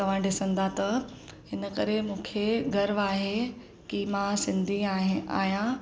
तव्हां ॾिसंदा त हिन करे मूंखे गर्व आहे की मां सिंधी आहियां